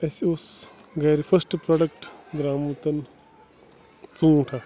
اَسہِ اوس گَرِ فٔسٹ پرٛوٚڈَکٹ درٛامُت ژوٗنٛٹھ اَکھ